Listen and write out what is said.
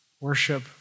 worship